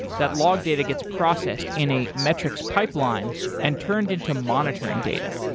that log data gets processed in a metrics pipeline and turned into monitoring data.